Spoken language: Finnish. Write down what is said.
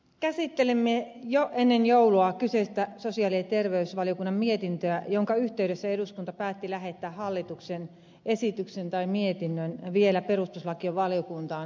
käsittelimme jo ennen joulua kyseistä sosiaali ja terveysvaliokunnan mietintöä jonka yhteydessä eduskunta päätti lähettää hallituksen esityksen tai mietinnön vielä perustuslakivaliokuntaan arvioitavaksi